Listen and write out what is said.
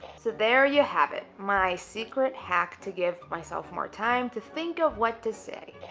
so there you have it my secret hack to give myself more time to think of what to say.